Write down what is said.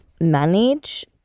manage